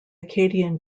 akkadian